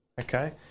okay